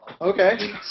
okay